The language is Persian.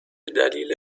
دلیل